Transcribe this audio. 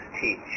teach